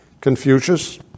Confucius